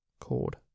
chord